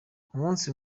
umunsi